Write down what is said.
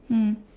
mm